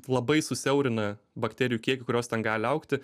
labai susiaurina bakterijų kiekį kurios ten gali augti